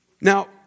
Now